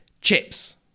Chips